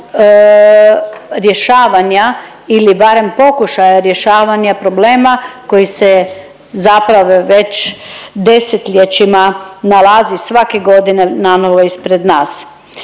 rješavanja ili barem pokušaja rješavanja problema koji se zapravo već desetljećima nalazi svake godine nanovo ispred nas.